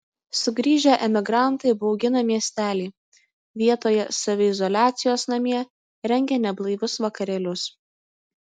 sugrįžę emigrantai baugina miestelį vietoje saviizoliacijos namie rengia neblaivius vakarėlius